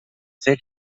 fer